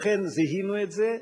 לכן, זיהינו את זה.